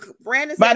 brandon